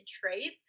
trade